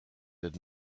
had